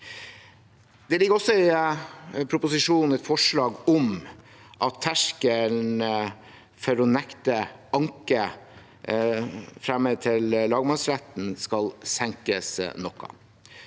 Det ligger også i proposisjonen et forslag om at terskelen for å nekte anke fremmet til lagmannsretten skal senkes noe.